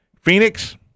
Phoenix